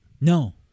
No